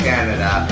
Canada